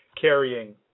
carrying